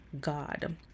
God